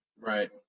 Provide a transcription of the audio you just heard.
Right